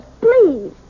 please